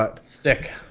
Sick